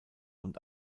und